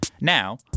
Now